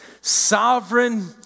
Sovereign